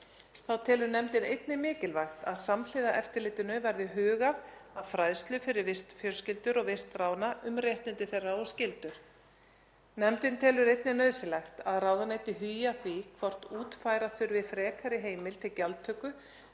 Þá telur nefndin einnig mikilvægt að samhliða eftirlitinu verði hugað að fræðslu fyrir vistfjölskyldur og vistráðna um réttindi og skyldur. Nefndin telur einnig nauðsynlegt að ráðuneytið hugi að því hvort útfæra þurfi frekari heimild til gjaldtöku